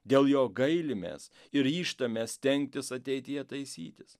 dėl jo gailimės ir ryžtame stengtis ateityje taisytis